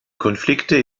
konflikte